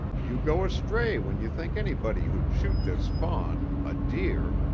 you go astray when you think anybody who'd shoot this fawn, a deer,